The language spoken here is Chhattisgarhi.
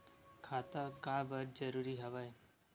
खाता का बर जरूरी हवे?